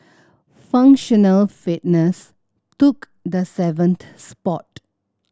functional fitness took the seventh spot